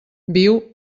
viu